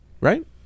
Right